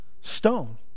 stone